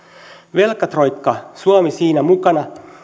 velkatroikka suomi siinä mukana